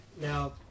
Now